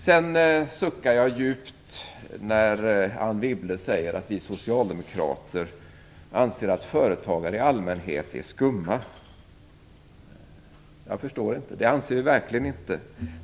Jag suckar djupt när jag hör Anne Wibble säga att vi socialdemokrater anser att företagare i allmänhet är skumma. Jag förstår inte det, för det anser vi verkligen inte.